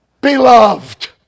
beloved